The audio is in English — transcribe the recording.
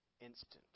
instant